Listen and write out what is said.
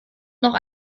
noch